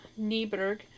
Nieberg